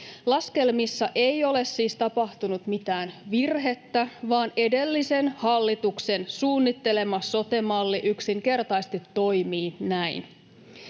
Laskelmissa ei ole siis tapahtunut mitään virhettä, vaan edellisen hallituksen suunnittelema sote-malli yksinkertaisesti toimii näin.